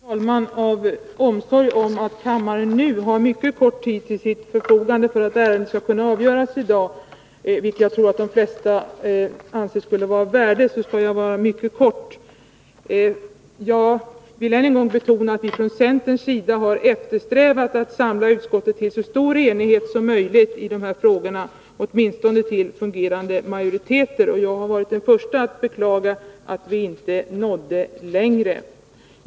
Herr talman! Av omsorg om att kammaren nu har mycket kort tid till sitt förfogande för att ärendet skall kunna avgöras i dag, vilket jag tror att de flesta anser skulle vara av värde, skall jag fatta mig mycket kort. Jag vill än en gång betona att vi från centerns sida har eftersträvat att samla utskottet till så stor enighet som möjligt i de här frågorna, åtminstone till fungerande majoriteter, och jag har varit den första att beklaga att vi inte nådde längre.